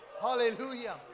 Hallelujah